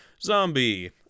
zombie